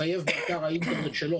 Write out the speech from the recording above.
לחייב לפרסם באתר האינטרנט שלו